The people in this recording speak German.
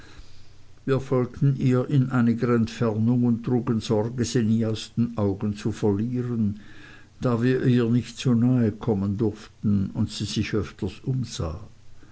wir folgten ihr in einiger entfernung und trugen sorge sie nie aus den augen zu verlieren da wir ihr nicht zu nahe kommen durften und sie sich öfters umsah